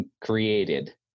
created